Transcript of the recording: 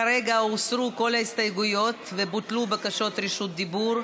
כרגע הוסרו כל ההסתייגויות ובוטלו בקשות רשות הדיבור.